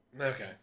okay